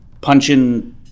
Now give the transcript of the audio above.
punching